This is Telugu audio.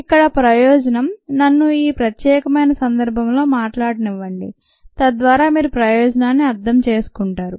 ఇక్కడ ప్రయోజనం నన్ను ఈ ప్రత్యేకమైన సందర్భంలో మాట్లాడనివ్వండి తద్వారా మీరు ప్రయోజనాన్ని అర్థం చేసుకుంటారు